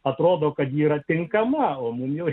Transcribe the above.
atrodo kad ji yra tinkama minioje